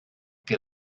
que